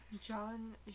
john